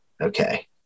okay